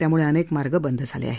त्यामुळे अनेक मार्ग बंद झाले आहेत